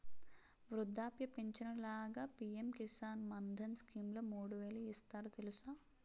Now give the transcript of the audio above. వృద్ధాప్య పించను లాగా పి.ఎం కిసాన్ మాన్ధన్ స్కీంలో మూడు వేలు ఇస్తారు తెలుసా?